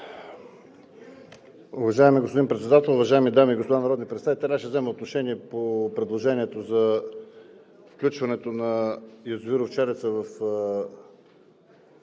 Уважаеми господин Председател, уважаеми дами и господа народни представители! Аз ще взема отношение по предложението за включването на язовир „Овчарица“ в